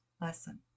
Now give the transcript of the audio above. lesson